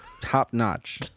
Top-notch